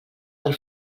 del